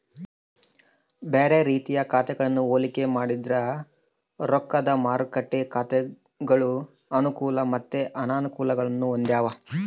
ಬ್ಯಾರೆ ರೀತಿಯ ಖಾತೆಗಳನ್ನ ಹೋಲಿಕೆ ಮಾಡಿದ್ರ ರೊಕ್ದ ಮಾರುಕಟ್ಟೆ ಖಾತೆಗಳು ಅನುಕೂಲ ಮತ್ತೆ ಅನಾನುಕೂಲಗುಳ್ನ ಹೊಂದಿವ